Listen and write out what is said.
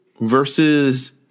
versus